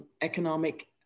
economic